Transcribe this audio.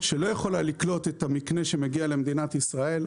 שלא יכולה לקלוט את המקנה שמגיע למדינת ישראל,